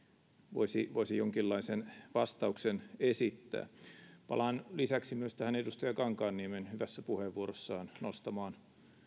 voisi voisi jonkinlaisen vastauksen esittää palaan lisäksi myös tähän edustaja kankaanniemen hyvässä puheenvuorossaan nostamaan